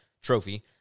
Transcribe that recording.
trophy